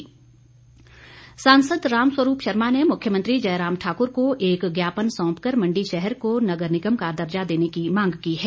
रामस्वरूप सांसद रामस्वरूप शर्मा ने मुख्यमंत्री जयराम ठाकुर को एक ज्ञापन सौंप कर मण्डी शहर को नगर निगम का दर्जा देने की मांग की है